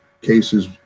cases